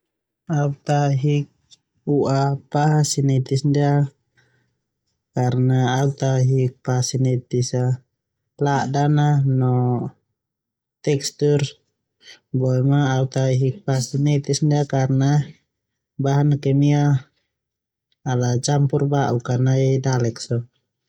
Au ta ahik ua pa sinetis ndia karna au ta ahik pa sineyis a ladan no tekstur boema au ta ahik pa sinetis ndia karna bahan kimia ala campur bauk a nai pa dalek so.